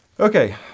Okay